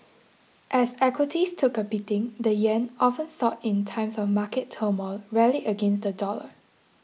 as equities took a beating the yen often sought in times of market turmoil rallied against the dollar